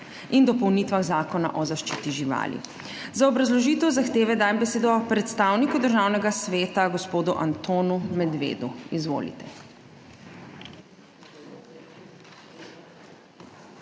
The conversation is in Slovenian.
in dopolnitvah Zakona o zaščiti živali. Za obrazložitev zahteve dajem besedo predstavniku Državnega sveta gospodu Antonu Medvedu. Izvolite.